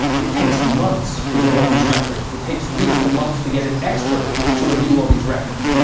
it takes months to get all these records. it takes weeks and months to get an expert to review all these records.